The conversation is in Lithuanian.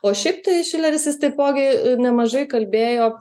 o šiaip tai šileris jis taipogi nemažai kalbėjo